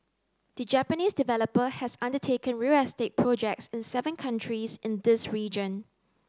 the Japanese developer has undertaken real estate projects in seven countries in this region